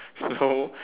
no